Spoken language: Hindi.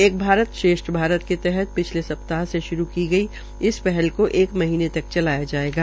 एक भारत श्रेष्ठ भारत के तहत पिछले सप्ताह से श्रू की गई इस पहल को एक महीने को एक महीने तक चलाया जायेगा